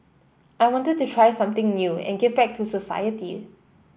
I wanted to try something new and give back to society